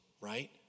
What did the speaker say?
right